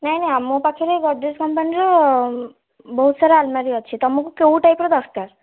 ନାହିଁ ନାହିଁ ଆମ ପାଖରେ ଗଡ଼୍ରେଜ୍ କମ୍ପାନୀର ବହୁତ ସାରା ଆଲମାରୀ ଅଛି ତୁମକୁ କେଉଁ ଟାଇପ୍ର ଦରକାର